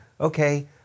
Okay